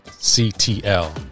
C-T-L